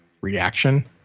reaction